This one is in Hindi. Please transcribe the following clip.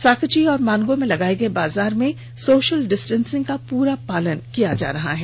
साकची और मानगो में लगाये गये बाजार में सोशल डिस्टेंस का पूरा पालन किया जा रहा है